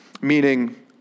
Meaning